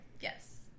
Yes